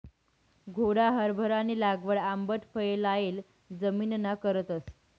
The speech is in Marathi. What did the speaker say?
घोडा हारभरानी लागवड आंबट फये लायेल जमिनना करतस